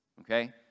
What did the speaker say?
okay